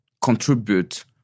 contribute